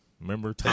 Remember